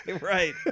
Right